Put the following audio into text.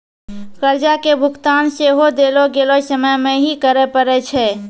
कर्जा के भुगतान सेहो देलो गेलो समय मे ही करे पड़ै छै